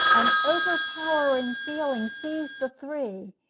an overpowering feeling seized the three.